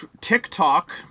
TikTok